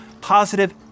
positive